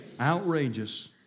Outrageous